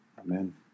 Amen